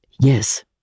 Yes